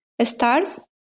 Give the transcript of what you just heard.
stars